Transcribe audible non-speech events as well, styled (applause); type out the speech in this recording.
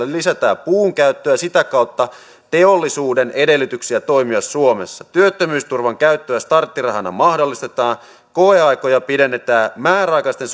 (unintelligible) lisätään puun käyttöä ja sitä kautta teollisuuden edellytyksiä toimia suomessa työttömyysturvan käyttöä starttirahana mahdollistetaan koeaikoja pidennetään määräaikaisten (unintelligible)